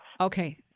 Okay